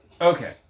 Okay